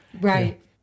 Right